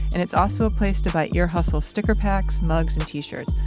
and it's also a place to buy ear hustle sticker packs, mugs, and t-shirts,